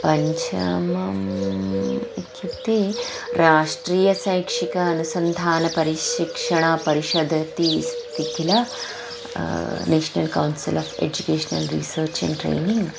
पञ्चमम् इत्युक्ते राष्ट्रीयशैक्षिक अनुसन्धानपरिशिक्षणं परिषदिति अस्ति किल national council of educational research and training